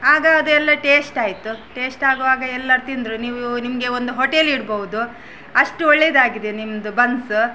ಆಗ ಅದೆಲ್ಲ ಟೇಸ್ಟ್ ಆಯಿತು ಟೇಸ್ಟ್ ಆಗುವಾಗ ಎಲ್ಲರೂ ತಿಂದರು ನೀವು ನಿಮಗೆ ಒಂದು ಹೋಟೆಲ್ ಇಡ್ಬಹುದು ಅಷ್ಟು ಒಳ್ಳೆಯದಾಗಿದೆ ನಿಮ್ಮದು ಬನ್ಸ